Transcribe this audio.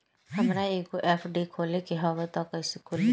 हमरा एगो एफ.डी खोले के हवे त कैसे खुली?